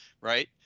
Right